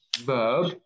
verb